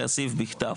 להוסיף "בכתב".